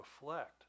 reflect